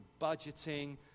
budgeting